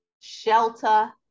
shelter